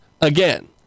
again